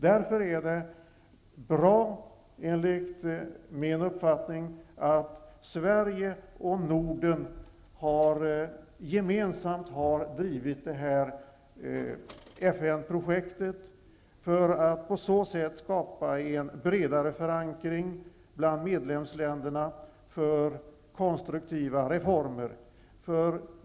Därför är det enligt min uppfattning bra att Sverige och Norden gemensamt har drivit det här FN-projektet för att på så sätt skapa en bredare förankring bland medlemsländerna till förmån för konstruktiva reformer.